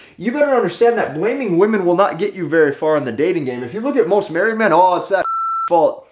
you better understand that blaming women will not get you very far in the dating game. if you look at most married men, oh, it's their fault.